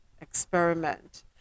Experiment